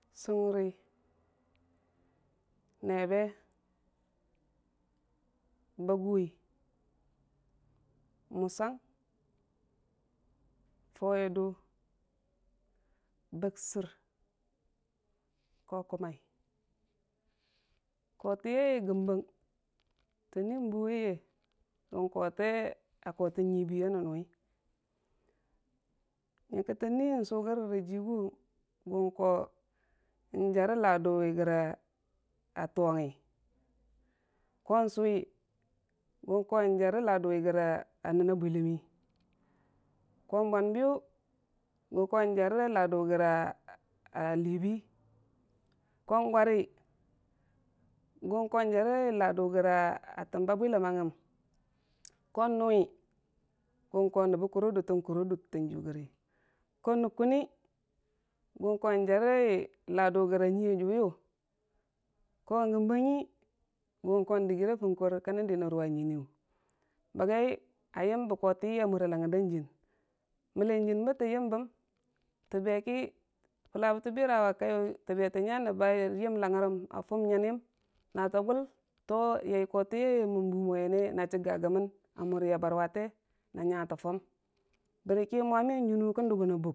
sogəri, neebe, baguwii, mosang, fauvi dʊ bəusər, ko kʊmai kotii yeya gəmbang tənni buwo ye, kən kote a kote nyibi ya mumuwi yənkə tə nisugəra rə jiigʊ kʊng kəke n'jare laduvi gore a tʊ wʊngngo, ko sʊwi kən kojare ləndʊ gora nən na bwiləmmii ko bwanbii yu gən ko jare laadʊ gəra a liibii, ko gwarə kənko jare la'adʊ gəra a təmba bwiləmmangngum, ko nʊwi kən ko nəbbə kʊro dutə kuiro dutən jiiyu yəri, ko nuguni kən ko jare la'a dʊ gəre a nyiya jʊwiyʊ, gombangngi kən ko dəgira funkor kənən ruva nyi niiyʊ bʊgai a yəmbe a yəmbe koyega amura tang ngər dan jiiyən mənni jən bətə bire va kaiyʊ təbe to nya nəbba yam langgərim a rum nyinəm natə gul to yeya koyeya mən bo mo yonne na dəkga gəmən a murita barkate na nyatə fum bərki moami ya jʊnu ko dʊkgə na buk.